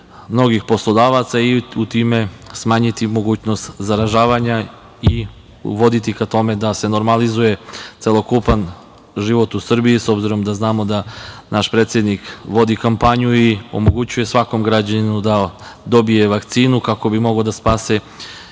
mnogih poslodavaca i u time smanjiti mogućnost zaražavanja i voditi ka tome da se normalizuje celokupan život u Srbiji.S obzirom da znamo da naš predsednik vodi kampanju i omogućuje svakom građaninu da dobije vakcinu kako bi mogao da spase